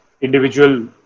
individual